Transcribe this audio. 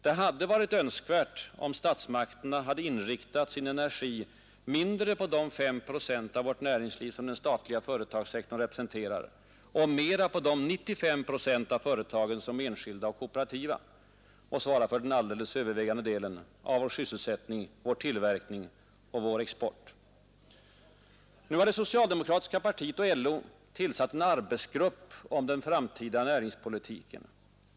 Det hade varit önskvärt om statsmakterna inriktat sin energi mindre på de fem procent av vårt näringsliv som den statliga företagssektorn representerar och mera på de 95 procent av företagen som är enskilda eller kooperativa och svarar för den alldeles övervägande delen av vår sysselsättning, vår tillverkning och vår export: Nu har det socialdemokratiska partiet och LO tillsatt en arbetsgrupp om den framtida näringspolitiken.